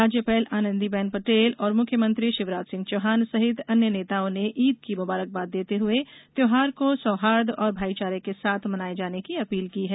राज्यपाल आनंदी बेन पटेल और मुख्यमंत्री शिवराज सिंह चौहान सहित अन्य नेताओं ने ईद की मुबारकबाद देते हुए त्यौहार को सौंहार्द और भाईचारे के साथ मनाये जाने की अपील की है